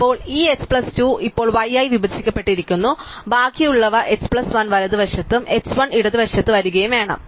ഇപ്പോൾ ഈ h plus 2 ഇപ്പോൾ y ആയി വിഭജിക്കപ്പെട്ടിരിക്കുന്നു ബാക്കിയുള്ളവ h 1 വലതുവശത്തും h 1 ഇടതുവശത്ത് വരുകയും വേണം